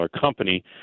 company